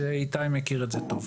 ואיתי מכיר את זה טוב.